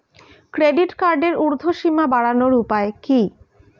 Credit কার্ডের উর্ধ্বসীমা বাড়ানোর উপায় কি?